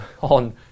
on